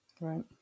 Right